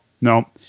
no